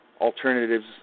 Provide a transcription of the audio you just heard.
alternatives